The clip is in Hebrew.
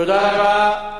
תודה רבה.